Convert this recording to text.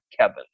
Kevin